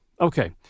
Okay